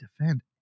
defend